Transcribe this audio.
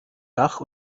dach